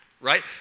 right